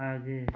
आगे